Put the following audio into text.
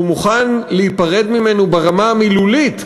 שהוא מוכן להיפרד ממנו ברמה המילולית,